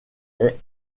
est